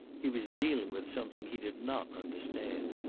he was dealing with something he did not understand,